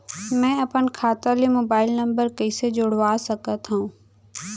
मैं अपन खाता ले मोबाइल नम्बर कइसे जोड़वा सकत हव?